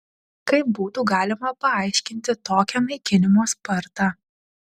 kaip būtų galima paaiškinti tokią naikinimo spartą